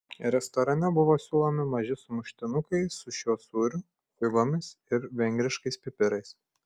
restorane buvo siūlomi maži sumuštinukai su šiuo sūriu figomis ir vengriškais pipirais